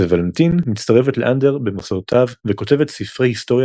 וולנטיין מצטרפת לאנדר במסעותיו וכותבת ספרי היסטוריה